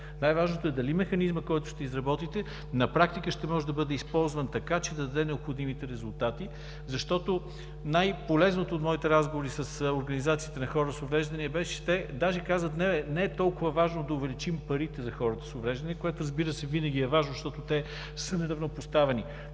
Най-важното е дали механизмът, който ще изработите, на практика ще може да бъде използван, така че да даде необходимите резултати. Най-полезното от моите разговори с организациите на хора с увреждания беше, че те даже казват: „не е толкова важно да увеличим парите за хората с увреждания“, което, разбира се, винаги е важно, защото те са неравнопоставени,